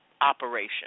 operation